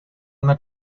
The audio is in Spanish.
una